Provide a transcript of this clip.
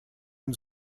und